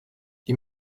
die